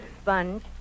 Sponge